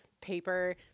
paper